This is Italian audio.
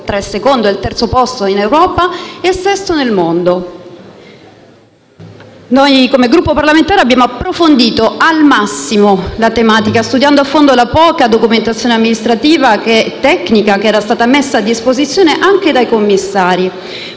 tra il secondo e il terzo posto in Europa e al sesto posto nel mondo. Come Gruppo parlamentare abbiamo approfondito al massimo la tematica, studiando a fondo la poca documentazione amministrativa e tecnica che era stata messa a disposizione, anche dai commissari,